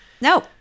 no